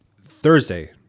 Thursday